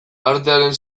artearen